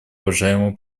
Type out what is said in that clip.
уважаемому